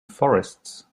forests